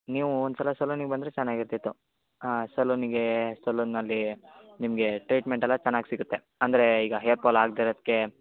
ನೀವು ಒಂದುಸಲ ಸಲೂನಿಗೆ ಬಂದರೆ ಚೆನ್ನಾಗಿರ್ತಿತ್ತು ಹಾಂ ಸಲೂನಿಗೆ ಸಲೂನಿನಲ್ಲಿ ನಿಮಗೆ ಟ್ರೀಟ್ಮೆಂಟಲ್ಲ ಚೆನ್ನಾಗಿ ಸಿಗುತ್ತೆ ಅಂದ್ರೆ ಈಗ ಹೇರ್ ಪಾಲ್ ಆಗಗೆ ಇರೋದಕ್ಕೆ